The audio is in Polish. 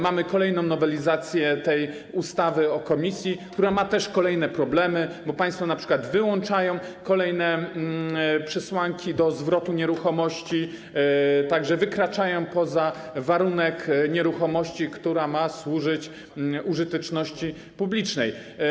Mamy kolejną nowelizację tej ustawy o komisji, a komisja ma też kolejne problemy, bo państwo np. wyłączają kolejne przesłanki zwrotu nieruchomości, także wykraczają poza warunek dotyczący nieruchomości, która ma służyć użyteczności publicznej.